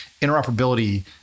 interoperability